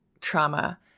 trauma